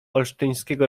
olsztyńskiego